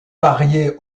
varié